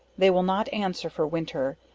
they will not answer for winter,